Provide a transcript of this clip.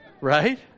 Right